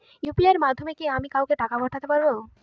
UPI এর মাধ্যমে কি আমি কাউকে টাকা ও পাঠাতে পারবো?